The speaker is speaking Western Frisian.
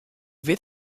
wit